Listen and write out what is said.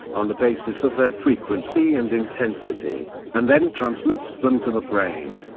on the basis of their frequency and intensity, and then transmits them to the brain.